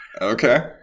Okay